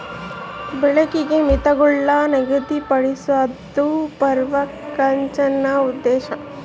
ಬಳಕೆಗೆ ಮಿತಿಗುಳ್ನ ನಿಗದಿಪಡ್ಸೋದು ಪರ್ಮಾಕಲ್ಚರ್ನ ಉದ್ದೇಶ